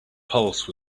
pulse